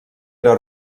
era